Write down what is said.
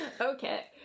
Okay